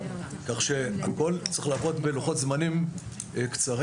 כך שהכול צריך לעבוד בלוחות זמנים קצרים,